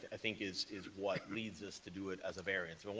i think is is what leads us to do it as a variance.